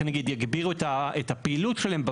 שכרגע אין נציגות ישירה של קק"ל בוועדות